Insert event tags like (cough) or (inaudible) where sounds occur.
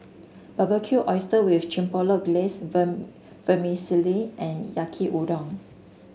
Barbecued Oyster with Chipotle Glaze (unintelligible) Vermicelli and Yaki Udon